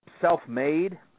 self-made